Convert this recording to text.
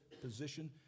position